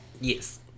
Yes